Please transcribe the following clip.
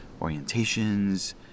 orientations